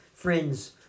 Friends